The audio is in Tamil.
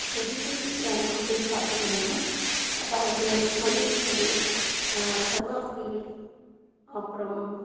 செடிகள் யா அப்படின்னு பார்த்திங்கன்னா அதாவது மல்லிகைப்பூ செடி கருவாபில் அப்புறம்